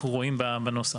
אנחנו לא מדברים מאה אחוז.